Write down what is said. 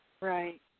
Right